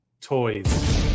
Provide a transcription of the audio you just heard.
toys